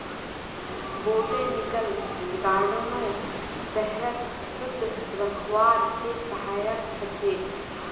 botanical गार्डनो शहरक शुद्ध रखवार के सहायक ह छेक